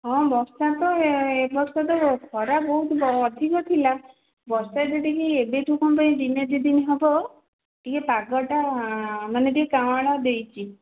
ହଁ ବର୍ଷା ତ ଏ ବର୍ଷ ତ ଖରା ବହୁତ୍ ଅଧିକ ଥିଲା ବର୍ଷା ଯେତିକି ଏବେ ଠୁ କ'ଣ ପାଇଁ ଦିନେ ଦୁଇ ଦିନ ହେବ ଟିକିଏ ପାଗଟା ମାନେ ଟିକିଏ କଅଁଳ ଦେଇଛି